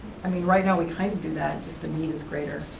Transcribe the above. i mean right now we kind of do that, just the need is greater,